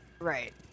Right